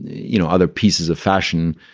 you know, other pieces of fashion,